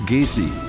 Gacy